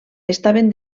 estaven